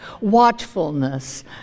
watchfulness